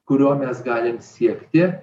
kurio mes galim siekti